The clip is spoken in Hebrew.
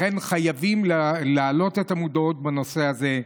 לכן חייבים להעלות את המודעות בנושא הזה.